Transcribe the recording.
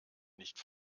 nicht